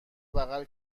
بغل